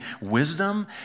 wisdom